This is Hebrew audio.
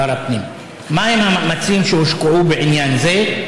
1. מהם המאמצים שהושקעו בעניין הזה?